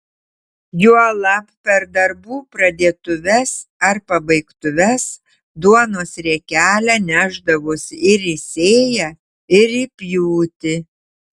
juolab per darbų pradėtuves ar pabaigtuves duonos riekelę nešdavosi ir į sėją ir į pjūtį